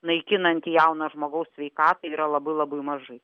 naikinantį jauno žmogaus sveikatą yra labai labai mažai